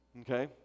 Okay